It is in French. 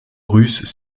russes